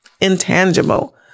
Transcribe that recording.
intangible